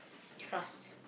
fast